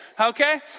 Okay